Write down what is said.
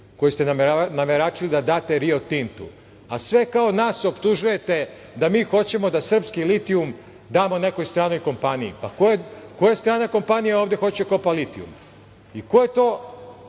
koji ste nameračili da date Rio Tintu, a sve kao nas optužujete da mi hoćemo da srpski litijum damo nekoj stranoj kompaniji. Koja strana kompanija ovde hoće da kopa litijum? Koje su